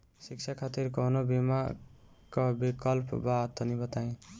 शिक्षा खातिर कौनो बीमा क विक्लप बा तनि बताई?